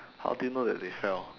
how do you know that they fell